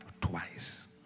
twice